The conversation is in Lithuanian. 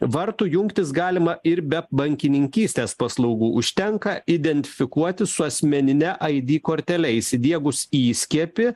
vartų jungtis galima ir be bankininkystės paslaugų užtenka identifikuotis su asmenine id kortele įsidiegus įskiepį